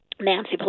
Nancy